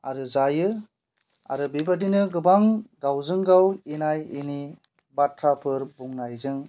आरो जायो आरो बेबायदिनो गोबां गावजों गाव इनाय इनि बाथ्राफोर बुंनायजों